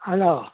hello